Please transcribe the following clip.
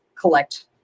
collect